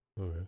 Okay